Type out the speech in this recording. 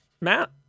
Matt